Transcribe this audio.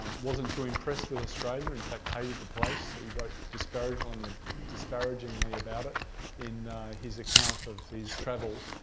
um wasn't too impressed with australia, in fact hated the place. so he wrote disparagingly ah disparagingly about it in his account of his travels,